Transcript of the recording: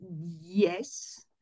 yes